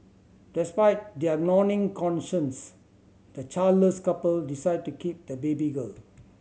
despite their gnawing conscience the childless couple decide to keep the baby girl